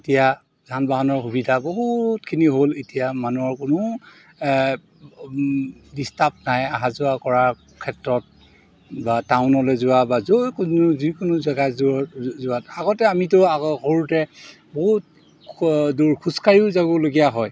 এতিয়া যান বাহনৰ সুবিধা বহুতখিনি হ'ল এতিয়া মানুহৰ কোনো ডিষ্টাৰ্ব নাই অহা যোৱা কৰাৰ ক্ষেত্ৰত বা টাউনলৈ যোৱা বা যৈকোনো যিকোনো জেগা যোৱাত আগতে আমিতো আগ সৰুতে বহুত দূৰ খোজকাঢ়িও যাবলগীয়া হয়